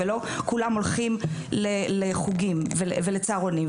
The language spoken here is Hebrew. ולא כולם הולכים לחוגים ולצהרונים.